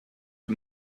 you